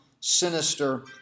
sinister